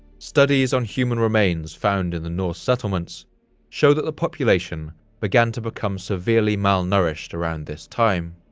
studies on human remains found in the norse settlements show that the population began to become severely malnourished around this time.